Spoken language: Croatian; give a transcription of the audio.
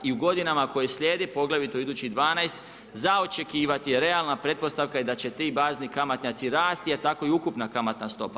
I u godinama koji slijedi, poglavito idućih 12 za očekivati je realna pretpostavka je da će ti bazni kamatnjaci rasti, a tako i ukupna kamatna stopa.